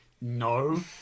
no